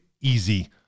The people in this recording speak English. easy